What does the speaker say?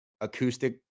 acoustic